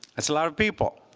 that's a lot of people.